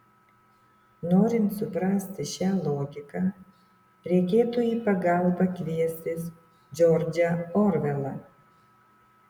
norint suprasti šią logiką reikėtų į pagalbą kviestis džordžą orvelą